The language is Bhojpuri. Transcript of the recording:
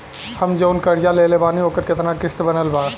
हम जऊन कर्जा लेले बानी ओकर केतना किश्त बनल बा?